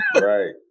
Right